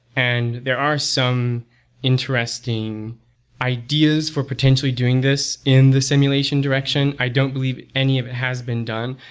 and there are some interesting ideas for potentially doing this in the simulation direction. i don't believe any of it has been done,